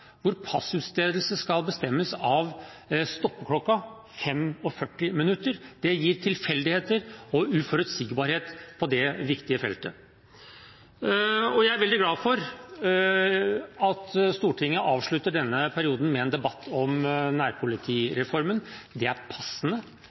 hvor passutstedelse skal bestemmes av stoppeklokken, 45 minutter. Det gir tilfeldigheter og uforutsigbarhet på dette viktige feltet. Jeg er veldig glad for at Stortinget avslutter denne perioden med en debatt om